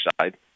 side